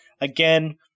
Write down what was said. Again